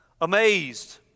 amazed